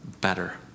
better